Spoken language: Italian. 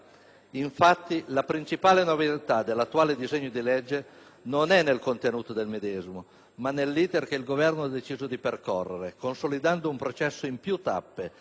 Infatti, la principale novità dell'attuale disegno di legge non è nel contenuto del medesimo, ma nell'*iter* che il Governo ha deciso di percorrere, consolidando un processo in più tappe